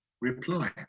reply